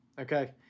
Okay